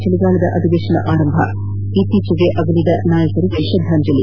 ಚಳಿಗಾಲದ ಅಧಿವೇಶನ ಆರಂಭ ಇತ್ತೀಚೆಗೆ ಅಗಲಿದ ನಾಯಕರಿಗೆ ಶ್ರದ್ದಾಂಜಲಿ